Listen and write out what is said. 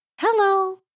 Hello